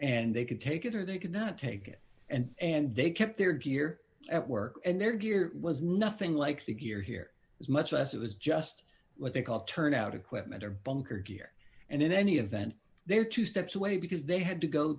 and they could take it or they could not take it and and they kept their gear at work and their gear was nothing like the gear here as much as it was just what they call turned out equipment or bunker gear and in any event there are two steps away because they had to go